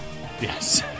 Yes